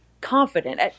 confident